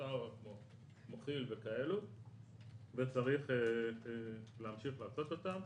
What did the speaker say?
וצריך להמשיך לעשות אותן.